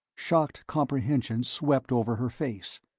shocked comprehension swept over her face.